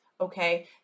Okay